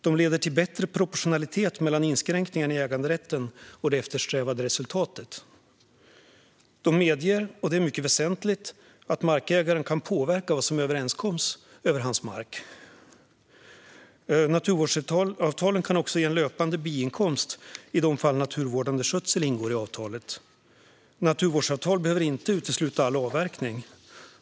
De leder till bättre proportionalitet mellan inskränkningar i äganderätten och det eftersträvade resultatet. De medger - och det är mycket väsentligt - att markägaren kan påverka vad man kommer överens om i fråga om hans mark. De kan ge en löpande biinkomst i de fall naturvårdande skötsel ingår i avtalet. De behöver inte utesluta all avverkning.